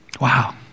Wow